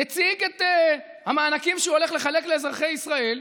ומציג את המענקים שהוא הולך לחלק לאזרחי ישראל,